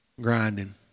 Grinding